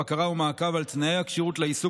בקרה או מעקב על תנאי הכשירות לעיסוק